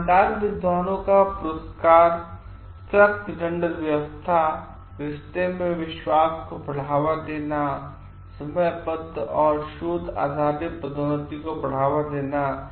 ईमानदार विद्वानों को पुरस्कार सख्त दंड व्यवस्था रिश्ते में विश्वास को बढ़ावा देना समयबद्ध औरशोध आधारितपदोन्नति को बढ़ावा देना